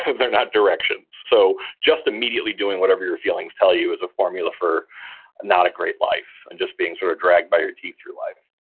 they're not directions. so just immediately doing whatever your feelings tell you is a formula for not a great life, and just being sort of dragged by your teeth through your life.